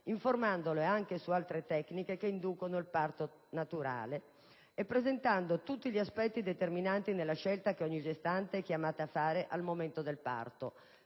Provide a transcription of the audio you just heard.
informandole anche su altre tecniche che inducono il parto naturale e presentando tutti gli aspetti determinanti nella scelta che ogni gestante è chiamata a fare al momento del parto,